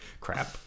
crap